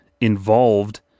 involved